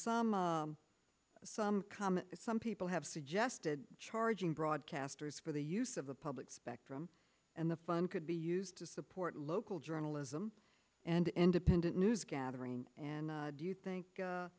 some some common some people have suggested charging broadcasters for the use of the public spectrum and the fund could be used to support local journalism and independent news gathering and do you think